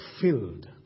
filled